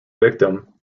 victim